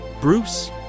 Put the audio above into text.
Bruce